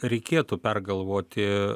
reikėtų pergalvoti